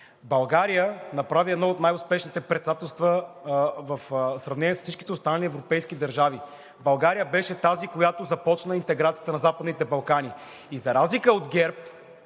България направи едно от най успешните председателства в сравнение с всички останали европейски държави. България беше тази, която започна интеграцията на Западните Балкани. И за разлика от ГЕРБ,